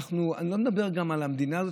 אני לא מדבר גם על המדינה הזאת,